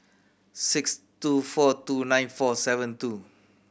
six two four two nine four seven two